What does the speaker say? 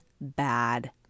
bad